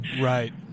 Right